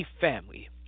family